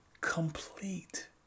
complete